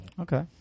okay